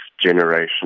generation